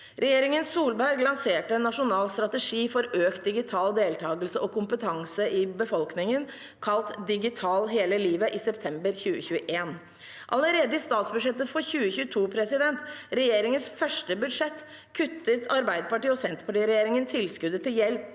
Regjeringen Solberg lanserte en nasjonal strategi for økt digital deltagelse og kompetanse i befolkningen, kalt «Digital hele livet», i september 2021. Allerede i statsbudsjettet for 2022, regjeringens første budsjett, kuttet Arbeiderparti–Senterparti-regjeringen tilskuddet til hjelp